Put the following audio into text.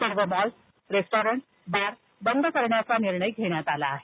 सर्व malls restaurants bar बंद करण्याचा निर्णय घेण्यात आला आहे